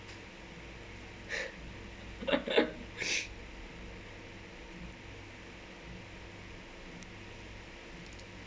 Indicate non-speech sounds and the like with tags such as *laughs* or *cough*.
*breath* *laughs*